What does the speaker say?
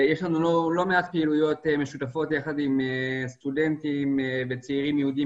יש לנו לא מעט פעילויות משותפות יחד עם סטודנטים וצעירים יהודים